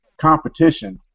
competition